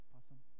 Awesome